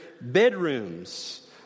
bedrooms